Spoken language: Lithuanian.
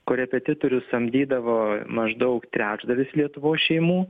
korepetitorius samdydavo maždaug trečdalis lietuvos šeimų